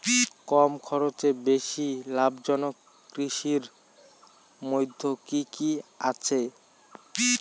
কম খরচে বেশি লাভজনক কৃষির মইধ্যে কি কি আসে?